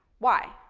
why?